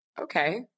okay